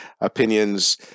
opinions